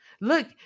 Look